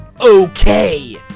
okay